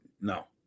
no